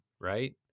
right